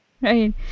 Right